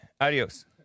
Adios